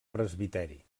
presbiteri